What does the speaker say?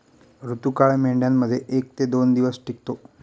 ऋतुकाळ मेंढ्यांमध्ये एक ते दोन दिवस टिकतो